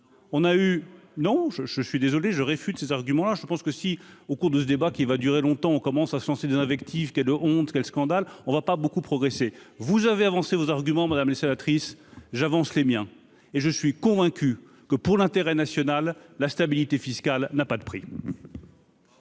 on a eu non je suis désolé je réfute ces arguments : je pense que si, au cours de ce débat qui va durer longtemps, on commence à se lancer des invectives de honte quel scandale, on ne va pas beaucoup progresser, vous avez avancé vos arguments, madame la sénatrice, j'avance les miens et je suis convaincu que pour l'intérêt national, la stabilité fiscale n'a pas de prix.